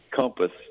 compass